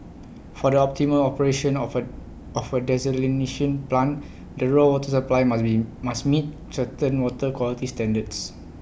for the optimal operation of A of A desalination plant the raw water supply must be must meet certain water quality standards